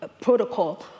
protocol